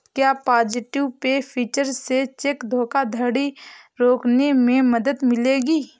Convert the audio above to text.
क्या positive pay feature से cheque धोखाधड़ी रोकने में मदद मिलेगी?